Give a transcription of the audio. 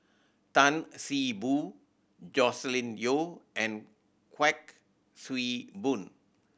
Tan See Boo Joscelin Yeo and Kuik Swee Boon